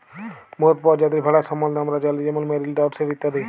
বহুত পরজাতির ভেড়ার সম্বল্ধে আমরা জালি যেমল মেরিল, ডরসেট ইত্যাদি